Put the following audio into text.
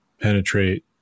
penetrate